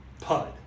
PUD